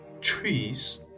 Trees